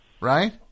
Right